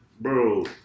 bro